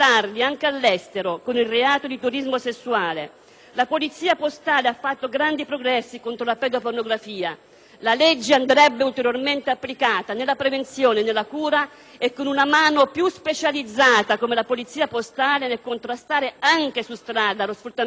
La polizia postale ha fatto grandi progressi contro la pedopornografia; la legge andrebbe ulteriormente applicata nella prevenzione e nella cura e con una mano più specializzata, come quella della polizia postale, nel contrastare anche su strada lo sfruttamento dei minori. A tal proposito abbiamo delle disponibilità,